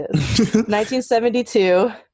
1972